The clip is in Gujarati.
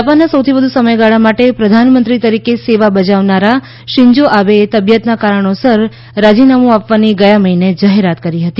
જાપાનમાં સૌથી વધુ સમયગાળા માટે પ્રધાનમંત્રી તરીકે સેવા બજાવનારા શીન્જો આબેએ તબિયતના કારણોસર રાજીનામું આપવાની ગયા મહિને જાહેરાત કરી હતી